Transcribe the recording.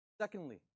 Secondly